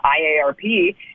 iarp